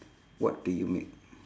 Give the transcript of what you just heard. what do you make